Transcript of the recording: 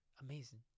Amazing